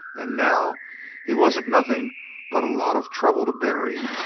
and now he wasn't nothing but a lot of trouble to bury.